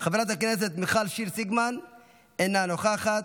חברת הכנסת מרב מיכאלי, אינה נוכחת,